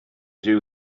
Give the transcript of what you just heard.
rhyw